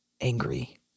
angry